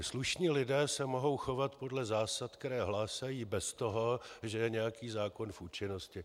Slušní lidé se mohou chovat podle zásad, které hlásají, bez toho, že je nějaký zákon v účinnosti.